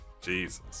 Jesus